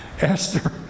Esther